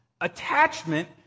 Attachment